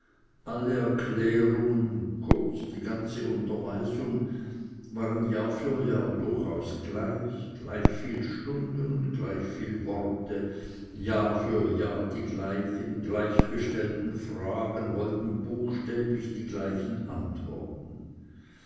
alle erklärungen kurz die ganze unterweisung waren jahr für jahr durchaus gleich gleichviel stunden und gleichviel worte jahr für jahr die gleichen gleichgestellten fragen wollten buchstäblich die gleichen antworten